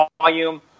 volume